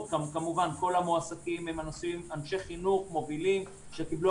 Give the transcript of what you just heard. כמובן כל המועסקים הם אנשי חינוך מובילים שקיבלו